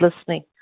listening